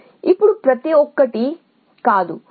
ఇప్పుడు ప్రతి ఒక్కటి కాదు